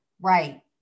right